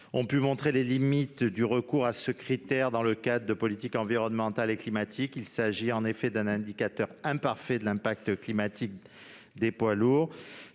ont pu montrer les limites du recours à ce critère dans le cadre de politiques environnementales et climatiques. En effet, il s'agit d'un indicateur imparfait de l'impact climatique des poids lourds.